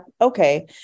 okay